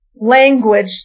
language